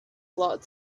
lot